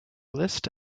list